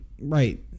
right